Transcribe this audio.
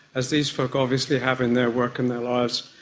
as these folk obviously have in their work and their lives,